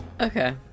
okay